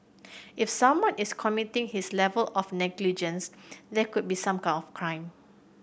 if someone is committing his level of negligence there could be some kind of crime